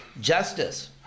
justice